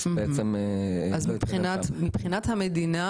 אז מבחינת המדינה,